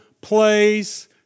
place